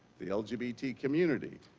the lgbtq community.